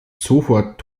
sofort